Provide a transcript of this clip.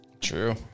true